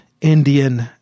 Indian